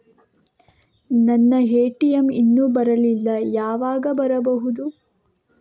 ನನ್ನ ಎ.ಟಿ.ಎಂ ಇನ್ನು ಬರಲಿಲ್ಲ, ಯಾವಾಗ ಬರಬಹುದು?